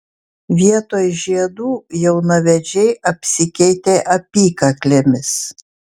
vietoj žiedų jaunavedžiai apsikeitė apykaklėmis